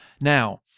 Now